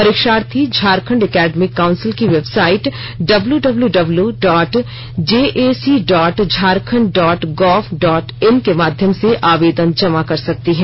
परीक्षार्थी Jharkhand academic council की website W W W dot J A C dot Jharkhand dot gov dot in के माध्यम से आवेदन जमा कर सकते हैं